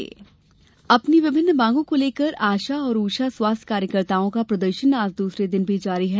आशा प्रदर्शन अपनी विभिन्न मांगों को लेकर आशा और ऊषा स्वास्थ्य कार्यकर्ताओं का प्रदर्शन आज दूसरे दिन भी जारी है